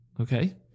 okay